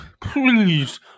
Please